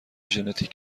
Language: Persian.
ژنتیک